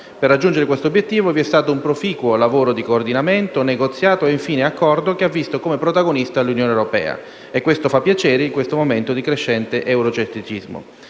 Per raggiungere questo obiettivo vi è stato un proficuo lavoro di coordinamento, negoziato e infine accordo, che ha visto come protagonista l'Unione europea e questo fa piacere in questo momento di crescente euroscetticismo.